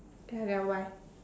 okay ah okay ah bye bye